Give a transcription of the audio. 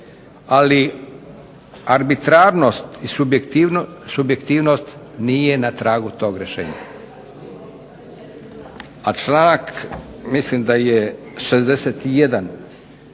Ali, arbitrarnost i subjektivnost nije na tragu tog rješenja. A članak, mislim da je 61.